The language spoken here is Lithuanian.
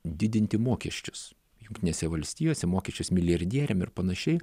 didinti mokesčius jungtinėse valstijose mokesčius milijardieriam ir panašiai